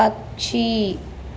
పక్షి